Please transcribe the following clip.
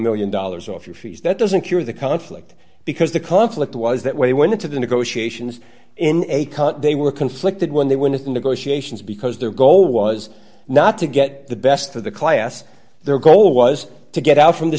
million dollars off your fees that doesn't cure the conflict because the conflict was that when he went into the negotiations in a cut they were conflicted when they went into negotiations because their goal was not to get the best of the class their goal was to get out from the